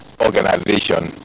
organization